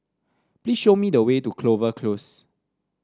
please show me the way to Clover Close